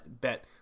bet